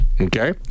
Okay